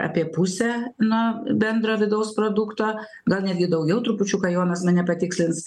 apie pusę nuo bendro vidaus produkto gal netgi daugiau trupučiuką jonas mane patikslins